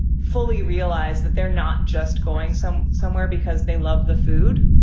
fully realize that they're not just going some somewhere because they love the food.